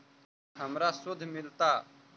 हमरा शुद्ध मिलता?